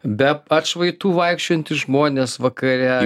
be atšvaitų vaikščiojantys žmonės vakare